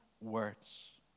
words